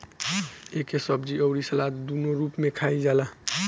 एके सब्जी अउरी सलाद दूनो रूप में खाईल जाला